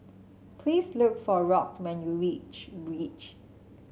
please look for Rock when you reach reach